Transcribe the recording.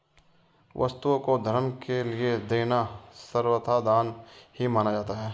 वस्तुओं को धर्म के लिये देना सर्वथा दान ही माना जाता है